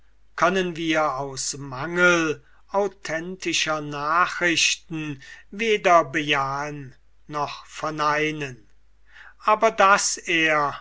können wir aus mangel authentischer nachrichten weder bejahen noch verneinen aber daß er